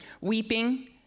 Weeping